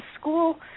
school